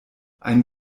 ein